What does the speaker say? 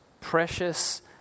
precious